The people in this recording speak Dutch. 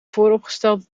vooropgestelde